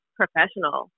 professional